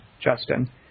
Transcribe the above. Justin